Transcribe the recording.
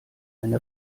eine